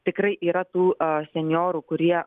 tikrai yra tų senjorų kurie